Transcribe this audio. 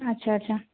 ଆଚ୍ଛା ଆଚ୍ଛା